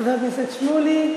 חבר הכנסת שמולי,